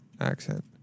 accent